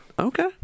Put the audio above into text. Okay